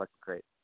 great